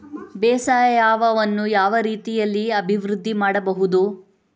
ಬೇಸಾಯವನ್ನು ಯಾವ ರೀತಿಯಲ್ಲಿ ಅಭಿವೃದ್ಧಿ ಮಾಡಬಹುದು?